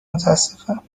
متاسفم